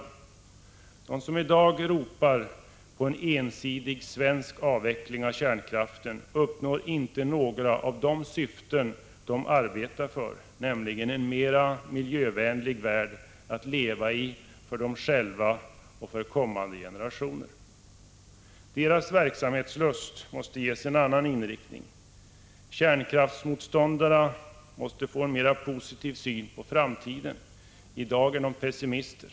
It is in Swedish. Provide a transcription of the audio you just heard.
De som i dag ropar på en ensidig svensk avveckling av kärnkraften uppnår inte några av de syften de arbetar för, nämligen en mer miljövänlig värld att leva i för dem själva och för kommande generationer. Deras verksamhetslust måste ges en annan inriktning. Kärnkraftsmotståndarna måste få en mer positiv syn på framtiden. I dag är de pessimister.